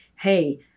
hey